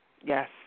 Yes